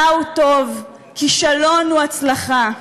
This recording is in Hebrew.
רע הוא טוב, כישלון הוא הצלחה.